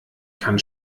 kann